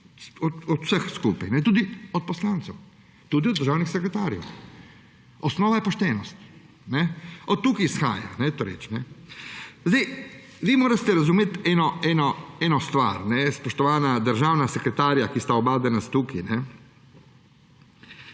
o vseh skupaj, tudi o poslancih, tudi o državnih sekretarjih. Osnova je poštenost. Od tukaj izhaja ta reč. Vi morate razumeti eno stvar. Spoštovana državna sekretarja, ki sta oba danes tukaj.